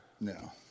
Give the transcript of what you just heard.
No